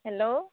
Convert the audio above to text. hello